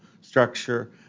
structure